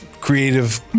creative